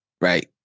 Right